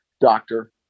doctor